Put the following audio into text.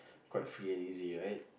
quite free and easy right